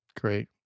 Great